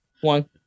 one